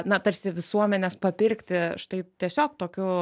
na tarsi visuomenes papirkti štai tiesiog tokiu